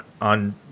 on